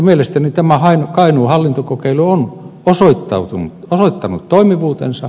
mielestäni tämä kainuun hallintokokeilu on osoittanut toimivuutensa